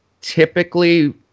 typically